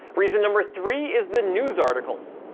reason number three is the news articles.